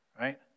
right